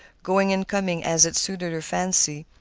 going and coming as it suited her fancy,